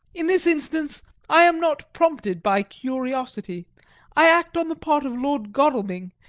in this instance i am not prompted by curiosity i act on the part of lord godalming,